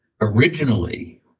originally